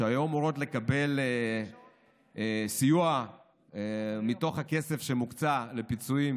שהיו אמורות לקבל סיוע מתוך הכסף שמוקצה לפיצויים